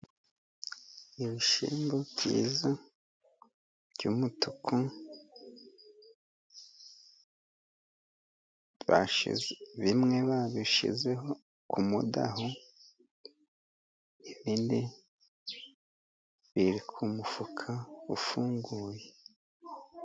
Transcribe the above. Ibishyimbo byiza by'umutuku, bimwe babishyizeho ku mudaho, ibindi biri ku mufuka ufunguye.